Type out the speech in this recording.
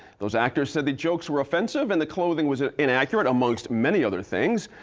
those actors said the jokes were offensive and the clothing was inaccurate, among so many other things.